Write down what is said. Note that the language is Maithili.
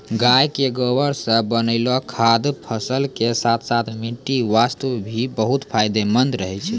गाय के गोबर सॅ बनैलो खाद फसल के साथॅ साथॅ मिट्टी वास्तॅ भी बहुत फायदेमंद रहै छै